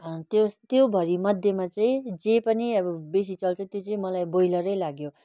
त्यो त्यो भरि मध्येमा चाहिँ जे पनि अब बेसी चल्छ त्यो चाहिँ मलाई ब्रोइलरै लाग्यो